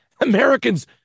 Americans